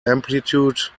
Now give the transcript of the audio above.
amplitude